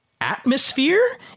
atmosphere